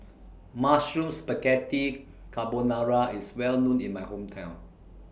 Mushroom Spaghetti Carbonara IS Well known in My Hometown